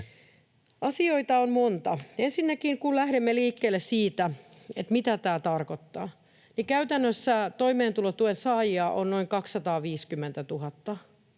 Asioita on monta. Ensinnäkin, kun lähdemme liikkeelle siitä, mitä tämä tarkoittaa, niin toimeentulotuen saajia on noin 250 000